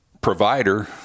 provider